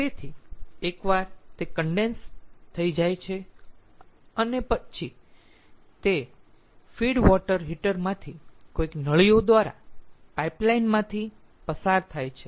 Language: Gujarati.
તેથી એકવાર તે કન્ડેન્સ થઈ જાય છે પછી તે ફીડ વોટર હીટર માંથી કોઈક નળીઓ દ્વારા પાઇપલાઇન માંથી પસાર થાય છે